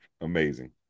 amazing